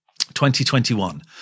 2021